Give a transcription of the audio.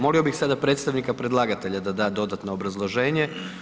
Molio bih sada predstavnika predlagatelja da da dodatno obrazloženje.